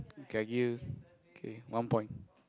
okay I give you okay one point